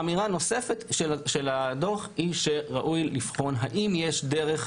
אמירה נוספת של הדוח היא שראוי לבחון האם כדאי לבחון